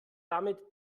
damit